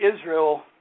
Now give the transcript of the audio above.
Israel